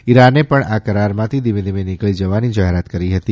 ઈરાને પણ આ કરારમાંથી ધીમે ધીમે નીકળી જવાની જાહેરાત કરી હતી